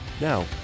Now